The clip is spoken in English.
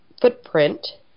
footprint